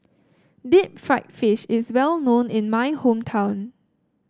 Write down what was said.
Deep Fried Fish is well known in my hometown